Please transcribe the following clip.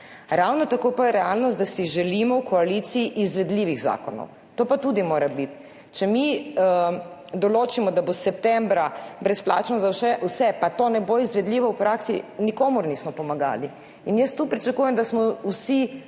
Ravno tako pa je realnost, da si želimo v koaliciji izvedljivih zakonov. To pa tudi mora biti. Če mi določimo, da bo septembra brezplačno za vse, pa to ne bo izvedljivo v praksi, nikomur nismo pomagali. In jaz tu pričakujem, da smo vsi